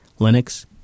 Linux